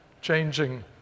changing